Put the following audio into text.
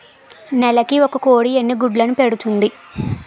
నెలకి ఒక కోడి ఎన్ని గుడ్లను పెడుతుంది?